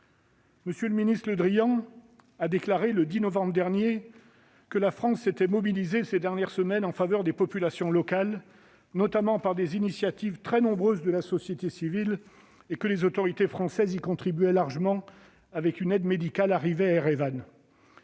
un tel risque. M. Le Drian a déclaré, le 10 novembre dernier, que la France s'était mobilisée ces dernières semaines en faveur des populations locales, notamment par des initiatives très nombreuses de la société civile, et que les autorités françaises y contribuaient largement, avec une aide médicale arrivée à Erevan.